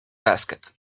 basket